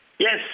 Yes